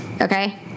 okay